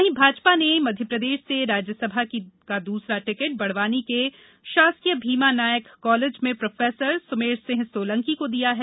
वहीं भाजपा ने मध्यप्रदेष से राज्यसभा की दूसरा टिकट बड़वानी के शासकीय भीमा नायक कॉलेज में प्रोफेसर सुमेरसिंह सोलंकी को दिया है